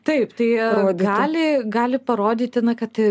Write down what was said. taip tai gali gali parodyti na kad